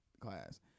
class